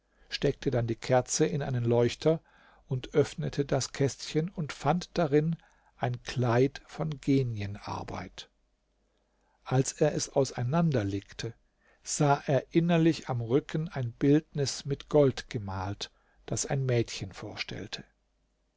steckte dann die kerze in einen leuchter und öffnete das kästchen und fand darin ein kleid von genienarbeit als er es auseinanderlegte sah er innerlich am rücken ein bildnis mit gold gemalt das ein mädchen vorstellte